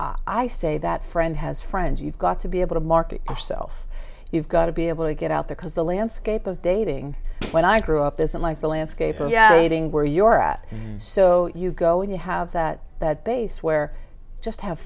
i say that friend has friends you've got to be able to market yourself you've got to be able to get out there because the landscape of dating when i go up isn't like the landscape of yeah eating where your at so you go you have that that base where just have